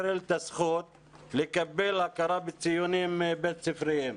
את הזכות לקבל הכרה בציונים בית ספריים?